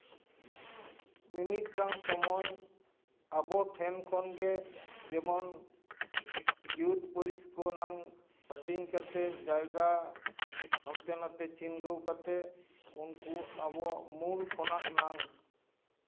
ᱢᱤᱢᱤᱫᱴᱟᱝ ᱥᱚᱢᱚᱭ ᱟᱵᱚ ᱴᱷᱮᱱ ᱠᱷᱚᱱ ᱜᱮ ᱡᱮᱢᱚᱱ ᱡᱟᱹᱛ ᱯᱟᱹᱨᱤᱥ ᱠᱚ ᱱᱟᱝ ᱦᱟᱹᱴᱤᱧ ᱠᱟᱛᱮᱜᱡᱟᱭᱜᱟ ᱦᱟᱱᱛᱮ ᱱᱟᱛᱮ ᱪᱷᱤᱱᱜᱟᱹᱣ ᱠᱟᱛᱮ ᱩᱱᱠᱩ ᱟᱵᱚᱣᱟᱜ ᱢᱟᱹᱱ ᱠᱷᱚᱱᱟᱜ ᱱᱟᱝ